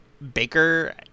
Baker